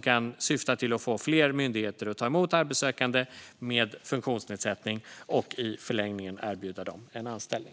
som syftar till att få fler myndigheter att ta emot arbetssökande med funktionsnedsättning och i förlängningen erbjuda dem en anställning.